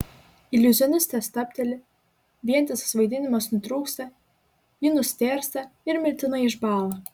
iliuzionistė stabteli vientisas vaidinimas nutrūksta ji nustėrsta ir mirtinai išbąla